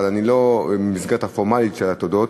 אבל אני לא במסגרת הפורמלית של התודות,